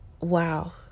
wow